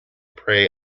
prey